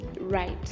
right